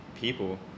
people